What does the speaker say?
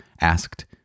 asked